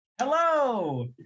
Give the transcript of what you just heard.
Hello